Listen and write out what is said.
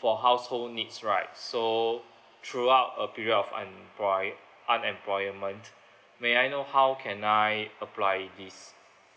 for household needs right so throughout a period of unemploy~ unemployment may I know how can I apply this